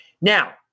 Now